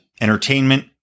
entertainment